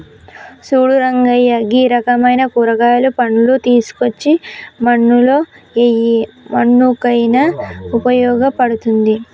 సూడు రంగయ్య గీ రకమైన కూరగాయలు, పండ్లు తీసుకోచ్చి మన్నులో ఎయ్యి మన్నుకయిన ఉపయోగ పడుతుంది